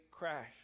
crash